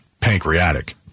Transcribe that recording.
Pancreatic